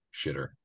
shitter